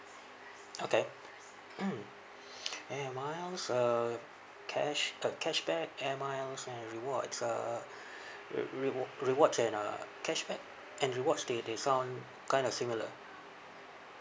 okay mm air miles uh cash ca~ cashback air miles and rewards uh re~ rewa~ rewards and uh cashback and rewards they they sound kind of similar